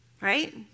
Right